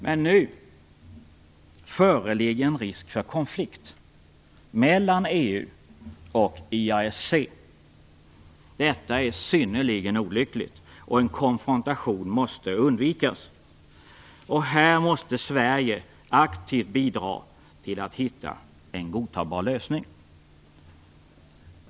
Men nu föreligger en risk för konflikt mellan EU och IASC. Detta är synnerligen olyckligt, och en konfrontation måste undvikas. Här måste Sverige aktivt bidra till att hitta en godtagbar lösning.